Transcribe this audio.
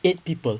eight people